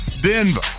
Denver